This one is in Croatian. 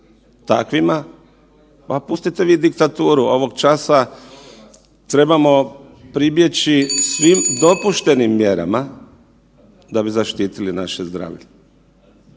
Takvima, ma pustite vi diktaturu, ovog časa trebamo pribjeći svim dopuštenim mjerama da bi zaštitili naše zdravlje.